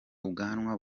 ubwanwa